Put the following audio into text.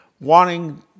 Wanting